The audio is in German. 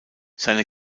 seine